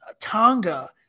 Tonga